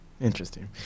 Interesting